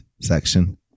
section